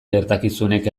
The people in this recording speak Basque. gertakizunek